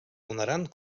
donaran